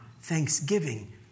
thanksgiving